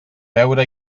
veure